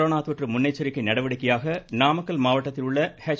corona தொற்று முன்னெச்சரிக்கை நடவடிக்கையாக நாமக்கல் மாவட்டத்தில் உள்ள எச்